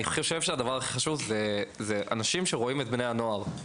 אני חושב שהדבר הכי חשוב זה שיהיו אנשים שיראו את בני הנוער.